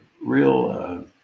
real